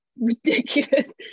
ridiculous